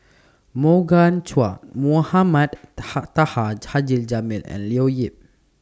Morgan Chua Mohamed Taha Haji Jamil and Leo Yip